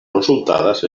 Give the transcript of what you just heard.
consultades